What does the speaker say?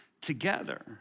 together